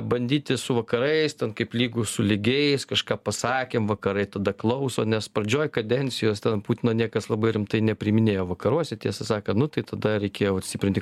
bandyti su vakarais ten kaip lygus su lygiais kažką pasakėme vakarai tada klauso nes pradžioj kadencijos ten putino niekas labai rimtai nepriiminėjo vakaruose tiesą sakant nu tai tada reikėjo vat stiprinti